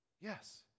Yes